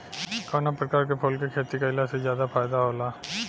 कवना प्रकार के फूल के खेती कइला से ज्यादा फायदा होला?